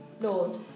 Lord